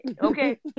Okay